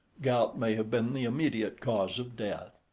gout may have been the immediate cause of death.